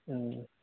ꯎꯝ